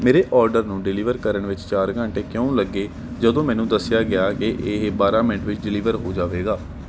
ਮੇਰੇ ਆਰਡਰ ਨੂੰ ਡਿਲੀਵਰ ਕਰਨ ਵਿੱਚ ਚਾਰ ਘੰਟੇ ਕਿਉਂ ਲੱਗੇ ਜਦੋਂ ਮੈਨੂੰ ਦੱਸਿਆ ਗਿਆ ਕਿ ਇਹ ਬਾਰ੍ਹਾਂ ਮਿੰਟ ਵਿੱਚ ਡਿਲੀਵਰ ਹੋ ਜਾਵੇਗਾ